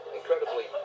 incredibly